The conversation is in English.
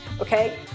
Okay